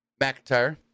McIntyre